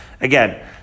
again